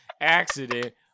Accident